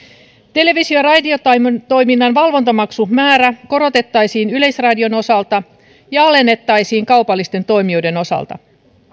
televisio ja radiotoiminnan valvontamaksun määrää korotettaisiin yleisradion osalta ja alennettaisiin kaupallisten toimijoiden osalta